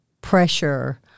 pressure